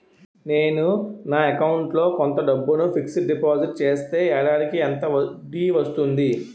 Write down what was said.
నేను నా అకౌంట్ లో కొంత డబ్బును ఫిక్సడ్ డెపోసిట్ చేస్తే ఏడాదికి ఎంత వడ్డీ వస్తుంది?